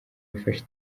ifasha